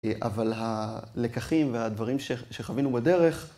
אבל הלקחים והדברים שחווינו בדרך...